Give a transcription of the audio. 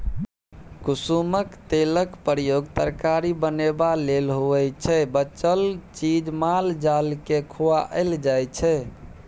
कुसुमक तेलक प्रयोग तरकारी बनेबा लेल होइ छै बचल चीज माल जालकेँ खुआएल जाइ छै